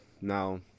now